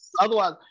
otherwise